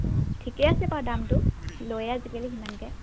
অঁ ঠিকে আছে বাৰু দামটো লয়েই আজিকালি সিমানকৈ